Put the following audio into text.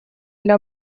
для